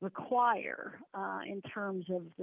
require in terms of the